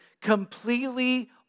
completely